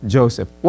Joseph